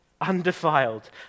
undefiled